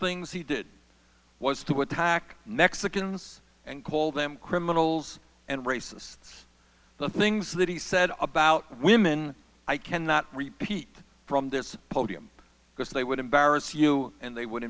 things he did was to attack mexicans and call them criminals and racists the things that he said about women i cannot repeat from this podium because they would embarrass you and they would